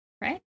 right